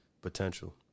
potential